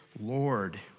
Lord